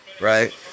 right